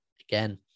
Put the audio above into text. Again